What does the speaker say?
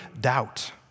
doubt